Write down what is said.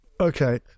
Okay